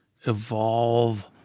evolve